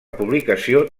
publicació